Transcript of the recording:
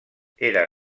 era